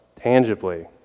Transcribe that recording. tangibly